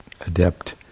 adept